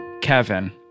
Kevin